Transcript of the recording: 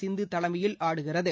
சிந்து தலைமையில் ஆடுகிறது